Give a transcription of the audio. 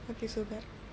okay so bad